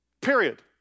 Period